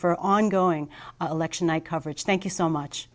for ongoing election night coverage thank you so much